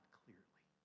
clearly